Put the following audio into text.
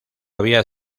había